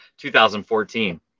2014